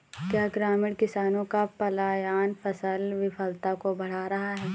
क्या ग्रामीण किसानों का पलायन फसल की विफलता को बढ़ा रहा है?